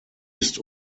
ist